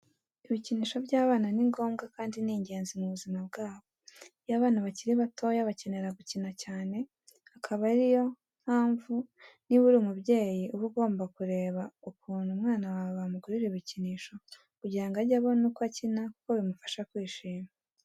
Ibikinisho by'abana ni ngomba kandi ni ingenzi mu buzima bwabo. Iyo abana bakiri batoya bakenera gukina cyane, akaba ari yo mpamvu niba uri umubyeyi uba ugomba kureba ukuntu umwana wawe wamugurira ibikinisho kugira ngo ajye abona uko akina kuko bimufasha kwishima.